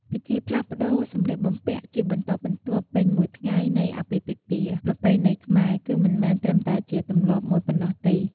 ពិធីផ្លាស់ប្ដូរសម្លៀកបំពាក់ជាបន្តបន្ទាប់ពេញមួយថ្ងៃនៃអាពាហ៍ពិពាហ៍ប្រពៃណីខ្មែរ គឺមិនមែនត្រឹមតែជាទម្លាប់មួយប៉ុណ្ណោះទេ។